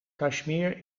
kashmir